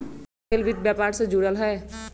सोहेल वित्त व्यापार से जुरल हए